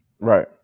right